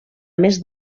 més